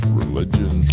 religion